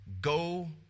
Go